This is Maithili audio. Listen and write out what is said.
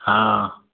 हँ